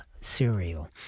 cereal